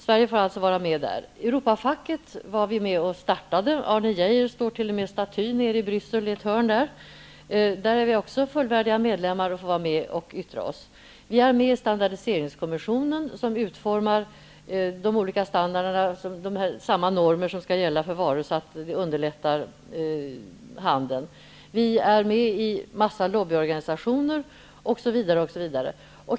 Sverige får alltså vara med där. Europafacket var vi med och startade. Arne Geijer står t.o.m. staty i Bryssel. Där är vi också fullvärdiga medlemmar och får vara med och yttra oss. Vi är med i standardiseringskommissionen, som ser till att samma normer skall gälla för varor, vilket underlättar handeln. Vi är med i en mängd lobbyorganisationer, osv.